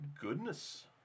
goodness